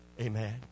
Amen